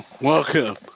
Welcome